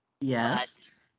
Yes